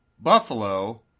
Buffalo